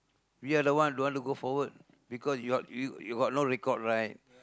we are the one don't want to go forward because you're you you got no record right